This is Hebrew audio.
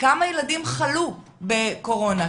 כמה ילדים חלו בקורונה?